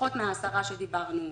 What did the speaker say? פחות מ-10 שדיברנו קודם,